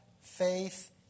faith